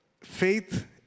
faith